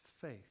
faith